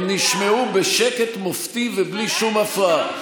הם נשמעו בשקט מופתי ובלי שום הפרעה.